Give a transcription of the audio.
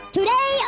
Today